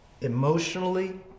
emotionally